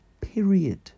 period